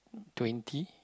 twenty